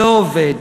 לא עובד.